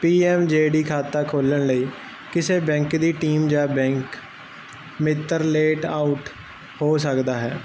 PM JD ਖਾਤਾ ਖੋਲਣ ਲਈ ਕਿਸੇ ਬੈਂਕ ਦੀ ਟੀਮ ਜਾਂ ਬੈਂਕ ਮਿੱਤਰ ਲੇਟ ਆਊਟ ਹੋ ਸਕਦਾ ਹੈ